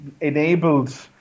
enabled